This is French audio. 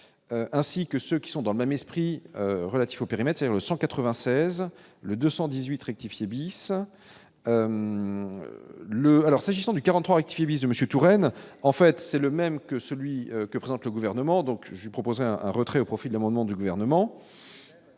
ainsi que ceux qui sont dans le même esprit relatifs au périmètre, c'est le 196 le 218 rectifier bis le alors s'agissant du 43 activistes Monsieur Touraine, en fait, c'est le même que celui que présente le gouvernement, donc j'ai proposé un retrait au profit de l'amendement du gouvernement